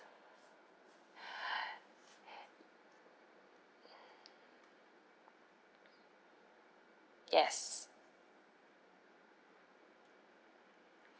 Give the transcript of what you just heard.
yes